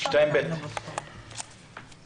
מוסכם, אפרת?